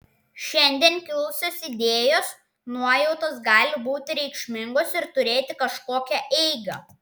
šiandien kilusios idėjos nuojautos gali būti reikšmingos ir turėti kažkokią eigą